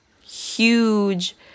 huge